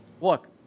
look